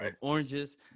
Oranges